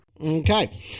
Okay